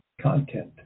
content